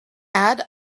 add